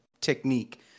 technique